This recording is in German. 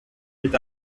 mit